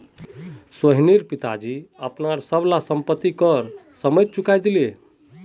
सोहनेर पिताजी अपनार सब ला संपति कर समयेत चुकई दिले